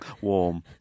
Warm